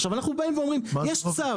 עכשיו אנחנו באים ואומרים יש צו.